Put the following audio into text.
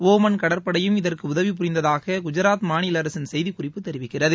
Oman கடற்படையும் இதற்கு உதவி புரிந்ததாக குஜாத் மாநில அரசின் செய்திக்குறிப்பு தெரிவிக்கிறது